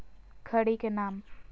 खड़ी के नाम?